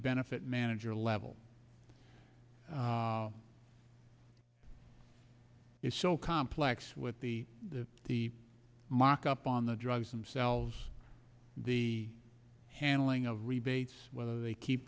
benefit manager level is so complex with the the markup on the drugs themselves the handling of rebates whether they keep